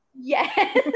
Yes